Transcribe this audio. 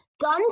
Gun